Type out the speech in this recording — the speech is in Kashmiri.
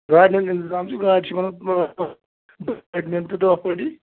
گاڑِ ہُنٛد اِنتظام چھُ گاڑِ چھِ بَنَن دۄہ پٲٹھی